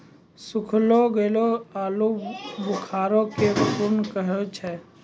सुखैलो गेलो आलूबुखारा के प्रून कहै छै